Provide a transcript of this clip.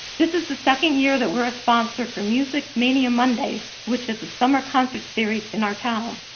this is the second year that we're a sponsor for music mania mondays, which is a summer concert series in our town.